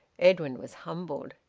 edwin was humbled.